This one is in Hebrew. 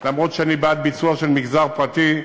אף שאני בעד ביצוע של המגזר הפרטי,